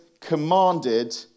commanded